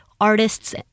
artists